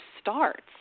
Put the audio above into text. starts